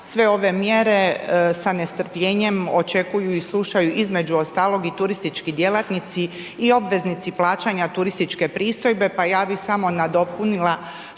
sve ove mjere sa nestrpljenjem očekuju i slušaju između ostalog i turistički djelatnici i obveznici plaćanja turističke pristojbe, pa ja bi samo nadopunila